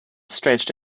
stretched